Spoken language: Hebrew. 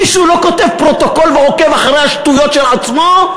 מישהו לא כותב פרוטוקול ועוקב אחרי השטויות של עצמו?